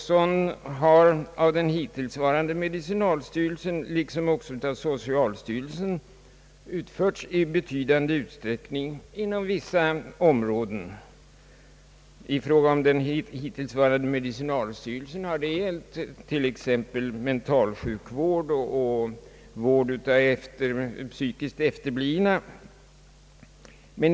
Denna har utförts i betydande utsträckning av medicinalstyrelsen liksom av socialstyrelsen inom vissa områden. För medicinalstyrelsen har det gällt t.ex. mentalsjukvård och vård av psykiskt efterblivna.